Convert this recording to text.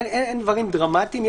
אין דברים דרמטיים.